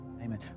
Amen